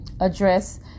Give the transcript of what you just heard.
address